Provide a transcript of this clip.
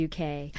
UK